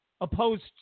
Opposed